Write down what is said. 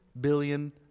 billion